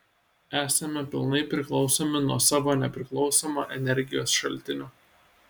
esame pilnai priklausomi nuo savo nepriklausomo energijos šaltinio